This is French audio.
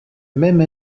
même